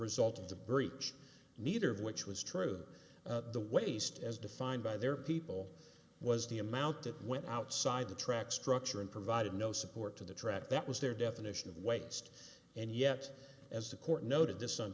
result of the breach neither of which was true the waste as defined by their people was the amount that went outside the track structure and provided no support to the track that was their definition of waste and yet as the court noted this on